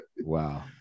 Wow